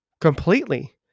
completely